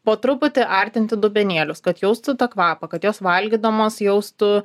po truputi artinti dubenėlius kad jaustų tą kvapą kad jos valgydamos jaustų